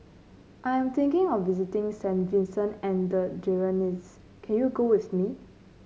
I am thinking of visiting Saint Vincent and the Grenadines can you go with me